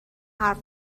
حرف